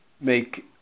make